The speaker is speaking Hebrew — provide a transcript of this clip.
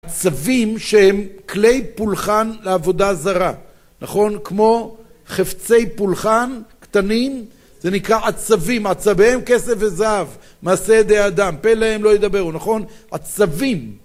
עצבים שהם כלי פולחן לעבודה זרה, נכון, כמו חפצי פולחן קטנים, זה נקרא עצבים, עצביהם כסף וזהב, מעשה ידי האדם, פה להם ולא ידברו, נכון, עצבים